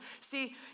see